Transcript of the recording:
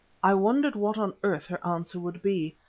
i wondered what on earth her answer would be.